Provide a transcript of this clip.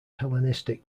hellenistic